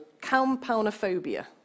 compoundophobia